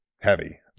heavy